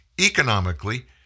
economically